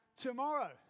tomorrow